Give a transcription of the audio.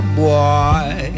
boy